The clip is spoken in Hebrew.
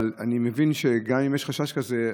אבל אני מבין שגם אם יש חשש כזה,